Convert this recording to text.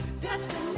destiny